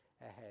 ahead